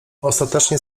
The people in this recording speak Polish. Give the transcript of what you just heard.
ostatecznie